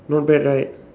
not bad right